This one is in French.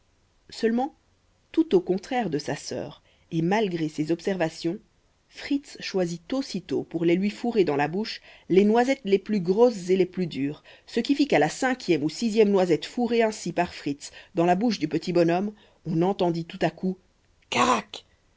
seulement tout au contraire de sa sœur et malgré ses observations fritz choisit aussitôt pour les lui fourrer dans la bouche les noisettes les plus grosses et les plus dures ce qui fit qu'à la cinquième ou sixième noisette fourrée ainsi par fritz dans la bouche du petit bonhomme on entendit tout à coup